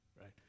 right